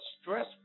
stress